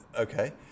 Okay